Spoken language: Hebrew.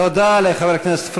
תודה לחבר הכנסת פריג'.